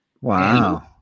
Wow